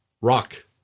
rock